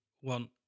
one